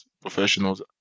professionals